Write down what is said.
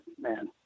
man